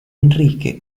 enrique